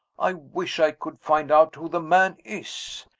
i wish i could find out who the man is.